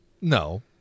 No